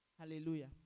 Hallelujah